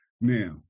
Now